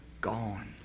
gone